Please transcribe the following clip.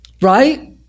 Right